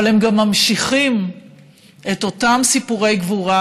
אבל הם גם ממשיכים את אותם סיפורי גבורה,